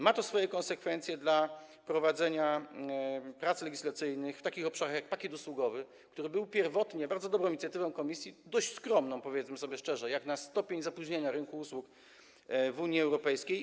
Ma to swoje konsekwencje w prowadzeniu prac legislacyjnych w takich obszarach, jak pakiet usługowy, który był pierwotnie bardzo dobrą inicjatywą Komisji, powiedzmy sobie szczerze, dość skromną jak na stopień zapóźnienia rynku usług w Unii Europejskiej.